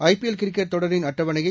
IPL cricket தொடரின் அட்டவணையை